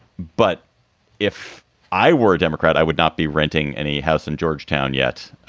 but if i were a democrat, i would not be renting any house in georgetown yet.